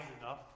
enough